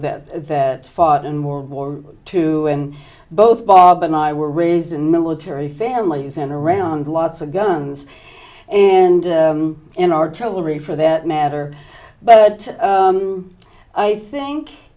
that that fought in world war two and both bob and i were raised in military families and around lots of guns and in artillery for that matter but i think